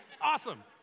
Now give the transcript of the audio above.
awesome